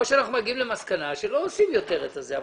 או שאנחנו מגיעים למסקנה שלא עושים יותר את זה אבל